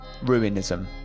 Ruinism